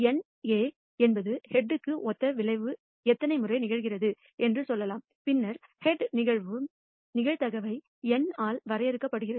NA என்பது ஹெட்க்கு ஒத்த விளைவு எத்தனை முறை நிகழ்கிறது என்று சொல்லலாம் பின்னர் ஹெட் நிகழும் நிகழ்தகவை N ஆல் வரையறுக்கப்படுகிறது